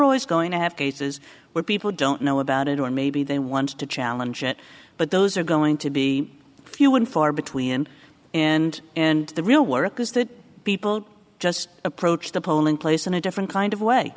always going to have cases where people don't know about it or maybe they want to challenge it but those are going to be few and far between and and the real work is that people just approach the polling place in a different kind of way